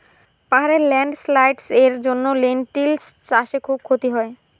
পাহাড়ে ল্যান্ডস্লাইডস্ এর জন্য লেনটিল্স চাষে খুব ক্ষতি হয়